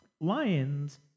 lions